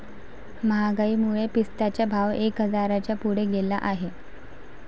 महागाईमुळे पिस्त्याचा भाव एक हजाराच्या पुढे गेला आहे